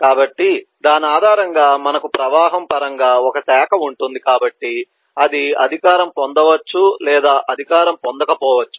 కాబట్టి దాని ఆధారంగా మనకు ప్రవాహం పరంగా ఒక శాఖ ఉంటుంది కాబట్టి అది అధికారం పొందవచ్చు లేదా అధికారం పొందకపోవచ్చు